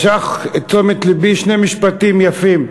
ומשכו את תשומת לבי שני משפטים יפים: